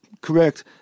correct